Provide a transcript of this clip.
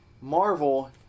Marvel